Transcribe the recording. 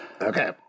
Okay